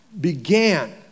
began